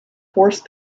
forced